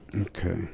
Okay